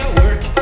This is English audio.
work